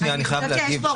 רגע, אני חייב להגיב.